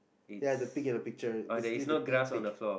ya the pig in the picture basically the pink pig